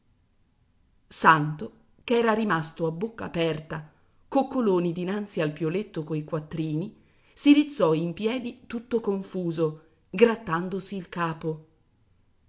iddio santo ch'era rimasto a bocca aperta coccoloni dinanzi al pioletto coi quattrini si rizzò in piedi tutto confuso grattandosi il capo